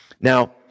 Now